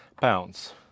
pounds